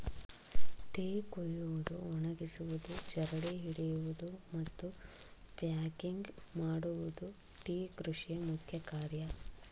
tea ಕುಯ್ಯುವುದು, ಒಣಗಿಸುವುದು, ಜರಡಿ ಹಿಡಿಯುವುದು, ಮತ್ತು ಪ್ಯಾಕಿಂಗ್ ಮಾಡುವುದು ಟೀ ಕೃಷಿಯ ಮುಖ್ಯ ಕಾರ್ಯ